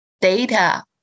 data